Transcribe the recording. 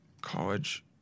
college